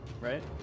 right